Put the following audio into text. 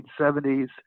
1970s